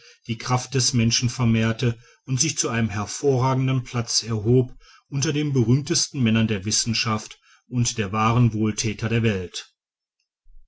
die kraft des menschen vermehrte und sich zu einem hervorragenden platz erhob unter den berühmtesten männern der wissenschaft und der wahren wohlthäter der welt